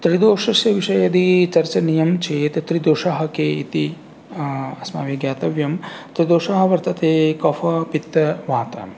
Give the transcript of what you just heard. त्रिदोषस्य विषये यदि चर्चनीयं चेत् त्रिदोषाः के इति अस्माभिः ज्ञातव्यं त्रिदोषाः वर्तते कफः पित्तं वातः